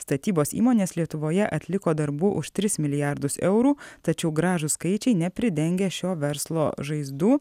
statybos įmonės lietuvoje atliko darbų už tris milijardus eurų tačiau gražūs skaičiai nepridengia šio verslo žaizdų